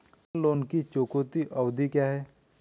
Personal loan की चुकौती अवधि क्या है?